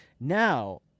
Now